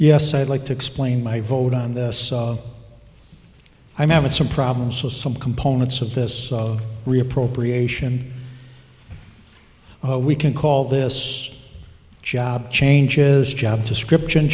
yes i'd like to explain my vote on this i'm having some problems with some components of this re appropriation we can call this job changes job description